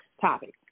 topic